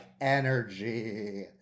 energy